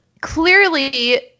clearly